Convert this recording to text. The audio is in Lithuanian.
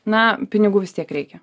na pinigų vis tiek reikia